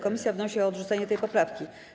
Komisja wnosi o odrzucenie tej poprawki.